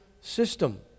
system